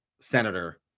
senator